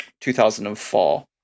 2004